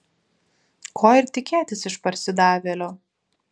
ko ir tikėtis iš parsidavėlio